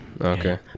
okay